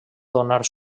donar